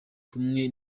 kumwe